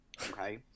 Okay